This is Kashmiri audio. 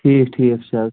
ٹھیٖک ٹھیٖک سَر